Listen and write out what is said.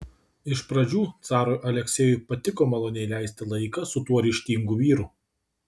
iš pradžių carui aleksejui patiko maloniai leisti laiką su tuo ryžtingu vyru